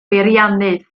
beiriannydd